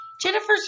Jennifer's